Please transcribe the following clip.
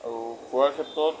আৰু খোৱাৰ ক্ষেত্ৰত